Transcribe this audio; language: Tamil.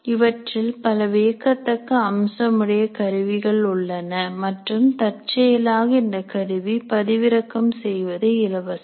இவற்றில் பல வியக்கத்தக்க அம்சம் உடைய கருவிகள் உள்ளன மற்றும் தற்செயலாக இந்த கருவி பதிவிறக்கம் செய்வது இலவசம்